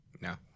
No